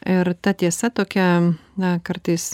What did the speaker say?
ir ta tiesa tokia na kartais